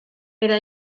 era